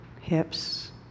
hips